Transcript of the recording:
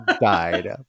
died